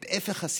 את הפך השנאה,